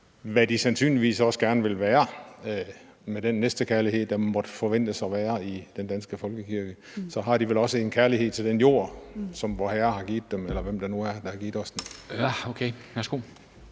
hvad de sandsynligvis også gerne vil være med den næstekærlighed, der må forventes at være i den danske folkekirke, og så har de vel også en kærlighed til den jord, som Vorherre har givet dem – eller hvem det nu er, der har givet os den. Kl. 11:08